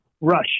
rush